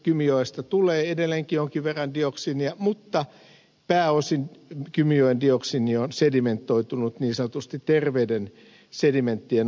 kymijoesta tulee edelleenkin jonkin verran dioksiinia mutta pääosin kymijoen dioksiini on sedimentoitunut niin sanotusti terveiden sedimenttien alle